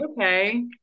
okay